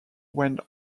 went